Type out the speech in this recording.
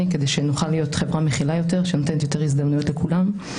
כדי שנוכל להיות חברה מכילה יותר שנותנת יותר הזדמנויות לכולם.